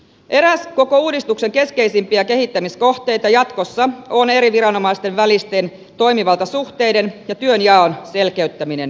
eräs koko uudistuksen keskeisimpiä kehittämiskohteita jatkossa on eri viranomaisten välisten toimivaltasuhteiden ja työnjaon selkeyttäminen